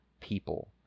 people